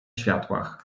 światłach